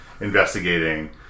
investigating